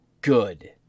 Good